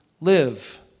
live